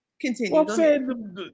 continue